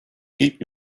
keep